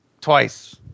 Twice